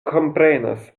komprenas